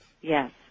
Yes